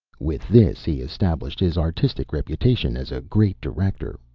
with this he established his artistic reputation as a great director,